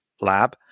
lab